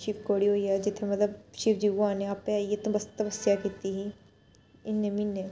शिवखोड़ी होई गेआ जित्थै मतलब शिवजी भगवान ने आपें आइयै तपस्या कीती ही इन्ने म्हीने